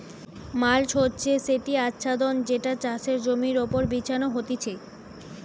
mulch হচ্ছে সেটি আচ্ছাদন যেটা চাষের জমির ওপর বিছানো হতিছে